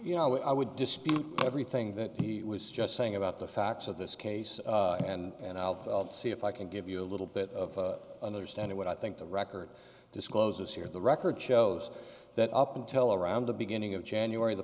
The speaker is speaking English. know i would dispute everything that he was just saying about the facts of this case and i'll see if i can give you a little bit of understanding what i think the record discloses here the record shows that up until around the beginning of january the